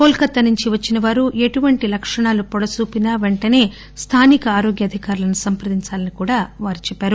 coal కతా నుంచి వచ్చినవారు ఎటువంటి లక్షణాలు వొడసూపినా పెంటసే స్లానిక ఆరోగ్య అధికారులను సంప్రదించాలని కూడా చెప్పారు